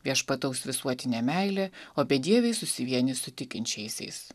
viešpataus visuotinė meilė o bedieviai susivienys su tikinčiaisiais